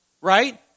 right